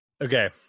okay